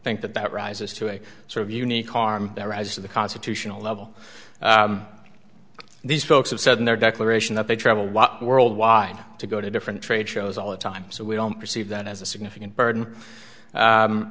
think that that rises to a sort of unique harm that rises to the constitutional level these folks have said in their declaration that they travel a lot worldwide to go to different trade shows all the time so we don't perceive that as a significant burden